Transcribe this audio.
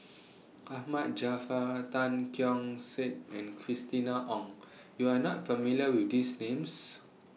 Ahmad Jaafar Tan Keong Saik and Christina Ong YOU Are not familiar with These Names